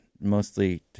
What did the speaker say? mostly